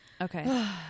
Okay